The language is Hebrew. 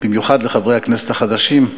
במיוחד לחברי הכנסת החדשים,